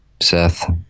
Seth